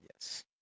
Yes